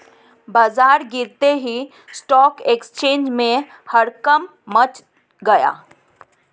बाजार गिरते ही स्टॉक एक्सचेंज में हड़कंप मच गया